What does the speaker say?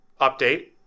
update